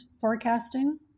forecasting